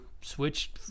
Switch